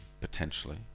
potentially